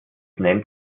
nennt